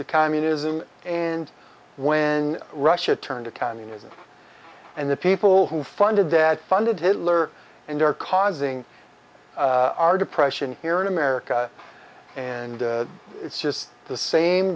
to communism and when russia turned to communism and the people who funded that funded hitler and they're causing our depression here in america and it's just the same